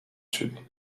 شدی